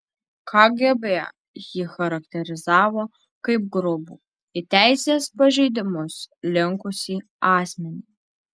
kgb jį charakterizavo kaip grubų į teisės pažeidimus linkusį asmenį